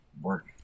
work